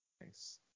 Nice